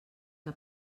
que